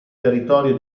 territorio